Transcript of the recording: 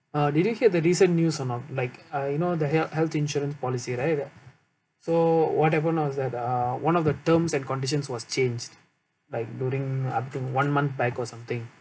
uh did you hear the recent news or not like uh you know the health health insurance policy right so whatever not is that uh one of the terms and conditions was changed like during up to one month back or something